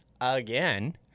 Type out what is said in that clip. again